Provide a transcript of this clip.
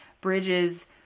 bridges